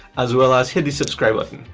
as well as hit the subscribe button!